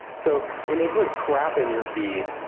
so when they put crap in your feed,